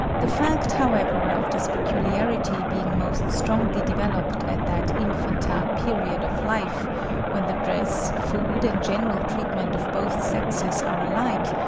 the fact, however, of this peculiarity being most strongly developed at that infantile period of life when the dress, food, and general treatment of both sexes are alike,